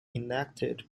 enacted